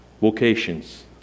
vocations